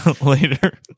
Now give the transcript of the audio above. Later